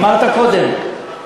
אמרת קודם.